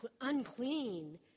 unclean